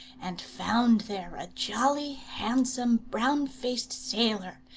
and found there a jolly, handsome, brown-faced sailor,